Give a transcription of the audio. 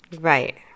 Right